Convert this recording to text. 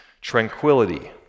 tranquility